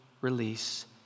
release